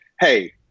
Hey